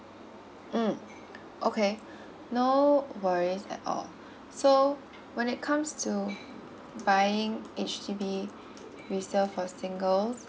mm okay no worries at all so when it comes to buying H_D_B resale for singles